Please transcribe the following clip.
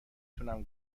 تونم